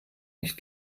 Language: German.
nicht